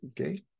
Okay